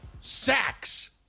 sacks